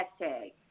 Hashtag